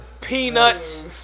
peanuts